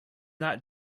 not